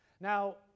Now